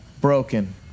Broken